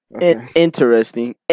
Interesting